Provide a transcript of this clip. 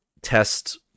test